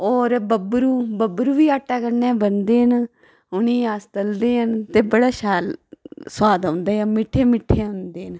और बब्बरू बब्बरू बी आटे कन्नै बनदे न उ'नें ई अस तलदे न ते बड़ा शैल सुआद औंदा ऐ मिट्ठे मिट्ठे होंदे न